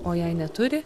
o jei neturi